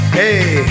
hey